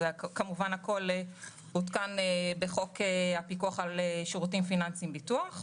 כמובן הכול הותקן בחוק הפיקוח על שירותים פיננסיים (ביטוח).